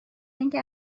اینکه